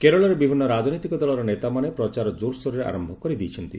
କେରଳରେ ବିଭିନ୍ନ ରାଜନୈତିକ ଦଳର ନେତାମାନେ ପ୍ରଚାର ଜୋରସୋରରେ ଆରମ୍ଭ କରିଦେଇଛନ୍ତି